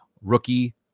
rookie